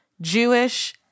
Jewish